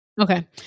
Okay